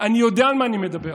אני יודע על מה אני מדבר.